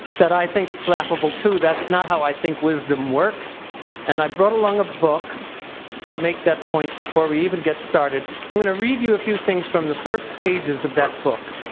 that i think it's laughable too. that's not how i think wisdom works and i brought along a book to make that point before we even get started. i'm gonna read you a few things from the first pages of that book.